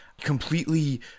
completely